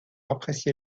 apprécier